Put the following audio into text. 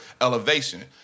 elevation